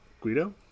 Guido